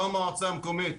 לא המועצה המקומית.